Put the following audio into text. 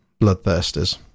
bloodthirsters